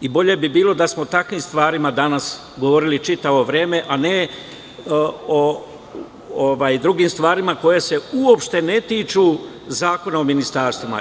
i bolje bi bilo da smo o takvim stvarima danas govorili čitavo vreme, a ne o drugim stvarima koje se uopšte ne tiču Zakona o ministarstvima.